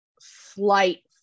slight